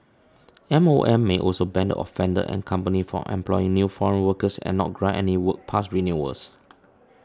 M O M may also ban the offender and company from employing new foreign workers and not grant any work pass renewals